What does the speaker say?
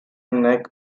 neck